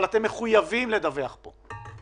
אבל אתם מחויבים לדווח בפני הוועדה.